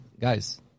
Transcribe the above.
guys